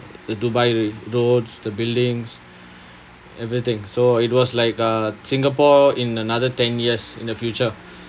the dubai roads the buildings everything so it was like uh singapore in another ten years in the future